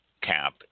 cap